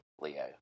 Leo